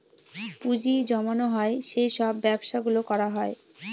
পুঁজি জমানো হয় সেই সব ব্যবসা গুলো করা হয়